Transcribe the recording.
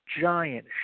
giant